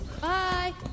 Bye